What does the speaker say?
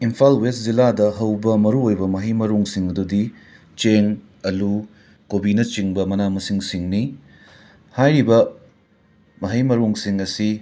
Imphal west ꯖꯤꯂꯥꯗ ꯍꯧꯕ ꯃꯥꯔꯨꯑꯣꯏꯕ ꯃꯍꯩ ꯃꯔꯣꯡꯁꯤꯡ ꯑꯗꯨꯗꯤ ꯆꯦꯡ ꯑꯜꯂꯨ ꯀꯣꯕꯤꯅꯆꯤꯡꯕ ꯃꯅꯥ ꯃꯁꯤꯡꯁꯤꯡꯅꯤ ꯍꯥꯏꯔꯤꯕ ꯃꯍꯩ ꯃꯔꯣꯡꯁꯤꯡ ꯑꯁꯤ